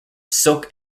silk